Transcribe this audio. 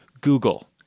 Google